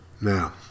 Now